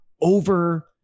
over